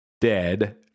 dead